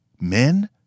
Men